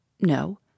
No